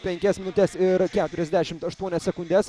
penkias minutes ir keturiasdešimt aštuonias sekundes